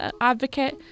advocate